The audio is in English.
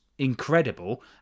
incredible